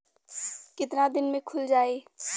कितना दिन में खुल जाई?